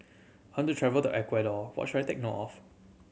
travelled Ecuador what should I take note of